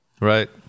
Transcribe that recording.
Right